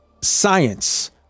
science